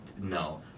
No